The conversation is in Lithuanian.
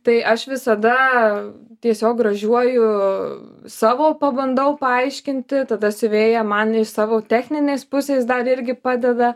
tai aš visada tiesiog gražiuoju savo pabandau paaiškinti tada siuvėja man iš savo techninės pusės dar irgi padeda